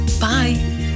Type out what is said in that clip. Bye